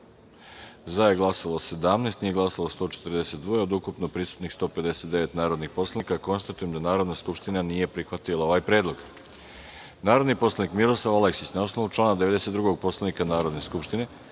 – jedan, nije glasalo 136 od ukupno prisutnih 158 narodnih poslanika. Konstatujem da Narodna skupština nije prihvatila ovaj predlog. Narodni poslanik, Gordana Čomić, na ovnovu člana 92. Poslovnika Narodne skupštine,